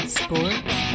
sports